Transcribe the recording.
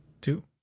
two